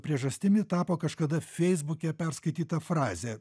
priežastimi tapo kažkada feisbuke perskaityta frazė